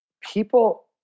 people